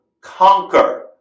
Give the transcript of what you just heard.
conquer